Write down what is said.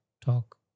talk